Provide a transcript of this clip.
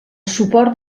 suport